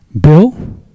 Bill